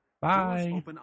Bye